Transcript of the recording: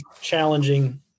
challenging